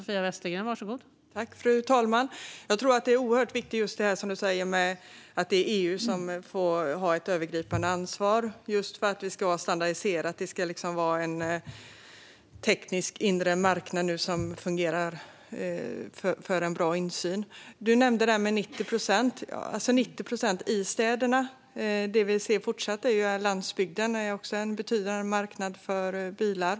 Fru talman! Jag tror att det är oerhört viktigt som du säger, Jens Holm - att EU får ett övergripande ansvar, just för att det ska vara standardiserat. Det ska vara en teknisk inre marknad som fungerar för bra insyn. Du nämnde detta med 90 procent. Det är alltså 90 procent i städerna. Vi ser att landsbygden också i fortsättningen är en betydande marknad för bilar.